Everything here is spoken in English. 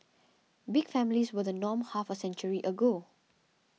big families were the norm half a century ago